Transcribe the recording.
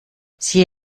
sie